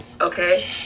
Okay